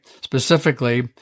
Specifically